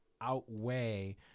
outweigh